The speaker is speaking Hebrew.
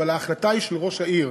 אבל ההחלטה היא של ראש העיר.